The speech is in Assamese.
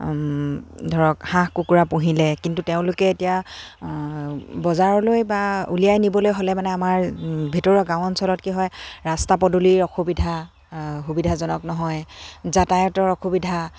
ধৰক হাঁহ কুকুৰা পুহিলে কিন্তু তেওঁলোকে এতিয়া বজাৰলৈ বা উলিয়াই নিবলৈ হ'লে মানে আমাৰ ভিতৰুৱা গাঁও অঞ্চলত কি হয় ৰাস্তা পদূলিৰ অসুবিধা সুবিধাজনক নহয় যাতায়তৰ অসুবিধা